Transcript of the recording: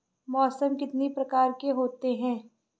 मौसम कितनी प्रकार के होते हैं?